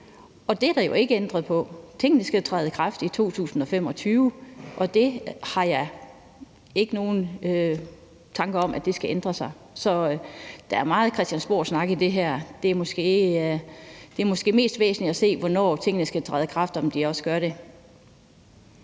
og det er der jo ikke ændret på. Tingene skal jo træde i kraft i 2025, og det har jeg ikke nogen tanker om skal ændre sig. Så der er meget Christiansborgsnak i det her. Det er måske mest væsentligt at se på, hvornår tingene skal træde i kraft, og at de også gør det.